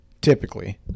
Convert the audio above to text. typically